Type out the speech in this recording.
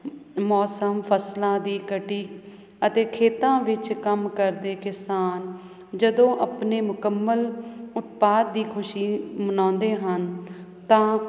ਮੌਸਮ ਫਸਲਾਂ ਦੀ ਕਟਾਈ ਅਤੇ ਖੇਤਾਂ ਵਿੱਚ ਕੰਮ ਕਰਦੇ ਕਿਸਾਨ ਜਦੋਂ ਆਪਣੇ ਮੁਕੰਮਲ ਉਤਪਾਦ ਦੀ ਖੁਸ਼ੀ ਮਨਾਉਂਦੇ ਹਨ ਤਾਂ